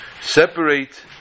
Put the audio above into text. separate